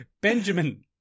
Benjamin